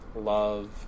love